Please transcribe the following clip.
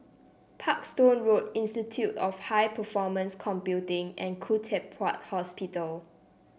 Parkstone Road Institute of High Performance Computing and Khoo Teck Puat Hospital